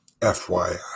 fyi